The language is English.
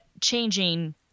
changing